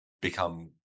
become